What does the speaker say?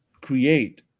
create